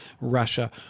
Russia